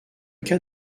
cas